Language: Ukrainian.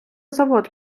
завод